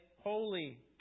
holy